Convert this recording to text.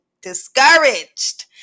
discouraged